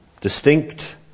Distinct